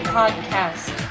podcast